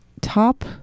top